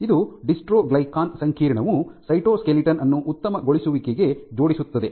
ಇದು ಡಿಸ್ಟ್ರೊಗ್ಲಿಕನ್ ಸಂಕೀರ್ಣವು ಸೈಟೋಸ್ಕೆಲಿಟನ್ ಅನ್ನು ಉತ್ತಮಗೊಳಿಸುವಿಕೆಗೆ ಜೋಡಿಸುತ್ತದೆ